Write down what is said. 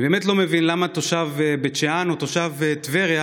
אני באמת לא מבין למה תושב בית שאן או תושב טבריה